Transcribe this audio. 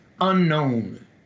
unknown